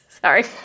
Sorry